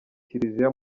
kiliziya